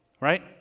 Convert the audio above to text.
right